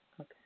Okay